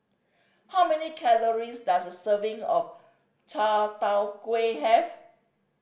how many calories does a serving of Chai Tow Kuay have